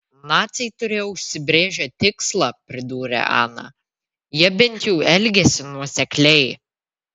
naciai turėjo užsibrėžę tikslą pridūrė ana jie bent jau elgėsi nuosekliai